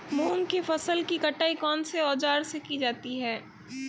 मूंग की फसल की कटाई कौनसे औज़ार से की जाती है?